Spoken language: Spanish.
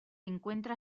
encuentra